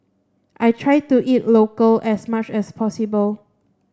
I try to eat local as much as possible